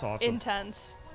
intense